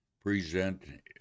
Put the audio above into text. present